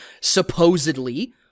supposedly